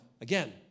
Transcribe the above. Again